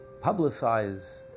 publicize